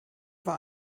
war